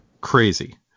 crazy